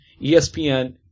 ESPN